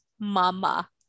mama